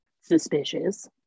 suspicious